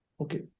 Okay